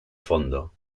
fondo